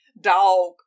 dog